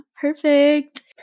Perfect